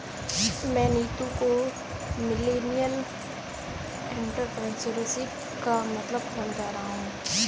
मैं नीतू को millennial entrepreneurship का मतलब समझा रहा हूं